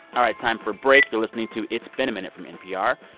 all right. time for a break. you're listening to it's been a minute from npr.